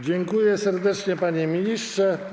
Dziękuję serdecznie, panie ministrze.